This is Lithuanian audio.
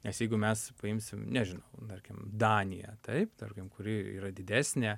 nes jeigu mes paimsim nežinau tarkim daniją taip tarkim kuri yra didesnė